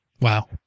wow